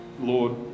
Lord